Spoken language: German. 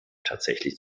tatsächlich